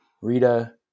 Rita